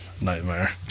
nightmare